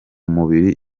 mubiri